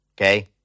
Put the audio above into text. okay